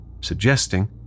suggesting